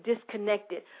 disconnected